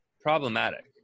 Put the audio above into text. problematic